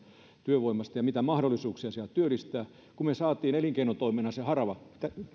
työvoimasta ja mitä mahdollisuuksia siellä on työllistää kun me saimme haravoitua